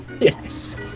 Yes